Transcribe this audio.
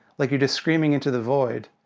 like you're just screaming into the void.